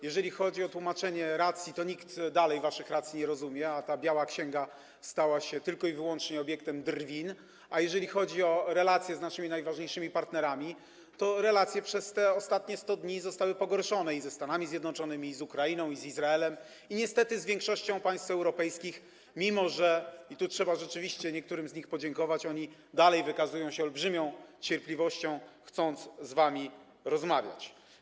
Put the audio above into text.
Jeżeli chodzi o tłumaczenie racji, to nikt nadal waszych racji nie rozumie, a ta biała księga stała się tylko i wyłącznie obiektem drwin, natomiast jeżeli chodzi o relacje z naszymi najważniejszymi partnerami, to relacje te przez te ostatnie 100 dni zostały pogorszone i ze Stanami Zjednoczonymi, i z Ukrainą, i z Izraelem, i niestety z większością państw europejskich, mimo że oni - i tu trzeba rzeczywiście niektórym z nich podziękować - nadal wykazują się olbrzymią cierpliwością, chcąc z wami rozmawiać.